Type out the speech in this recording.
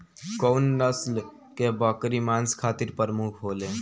कउन नस्ल के बकरी मांस खातिर प्रमुख होले?